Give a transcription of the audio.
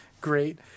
great